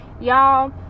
Y'all